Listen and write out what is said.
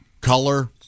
Color